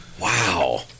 Wow